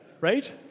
Right